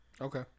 okay